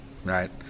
Right